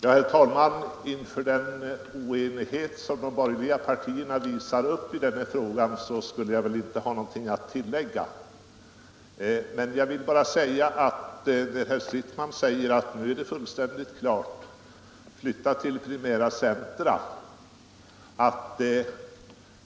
Herr talman! Den oenighet som de borgerliga partierna visar upp även i den här frågan gör att jag kan fatta mig ganska kort. Jag vill dock något kommentera herr Stridsmans uttalande att det nu står fullständigt klart att vi råder människorna att flytta till primära centra.